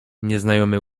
nieznajomy